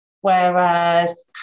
whereas